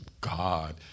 God